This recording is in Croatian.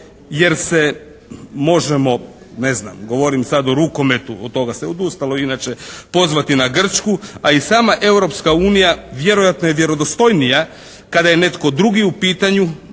jer se možemo ne znam govorim sad o rukometu, od toga se sad odustalo, inače pozvati na Grčku a i sama Europska unija vjerojatno je vjerodostojnija kada je netko drugi u pitanju